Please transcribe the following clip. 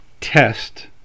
test